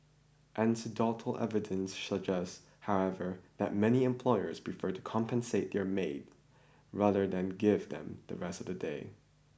anecdotal evidence suggests however that many employers prefer to compensate their maid rather than give them the rest of the day